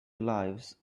lives